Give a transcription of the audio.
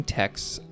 texts